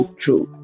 true